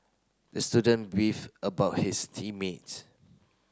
the student beef about his team mates